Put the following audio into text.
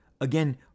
again